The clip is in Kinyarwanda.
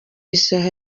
isaha